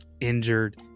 injured